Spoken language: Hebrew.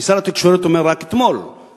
כי שר התקשורת אומר רק אתמול ב-Ynet,